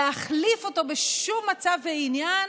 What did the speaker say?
להחליף אותו בשום מצב ועניין,